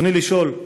ברצוני לשאול: